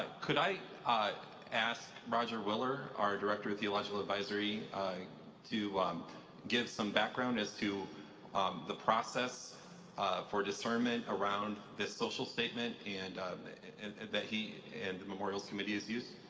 could i i ask roger willer or director of theological advisory to give some background as to the process for discernment around this social statement and ah um that he and the memorials committee has used?